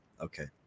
Okay